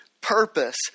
purpose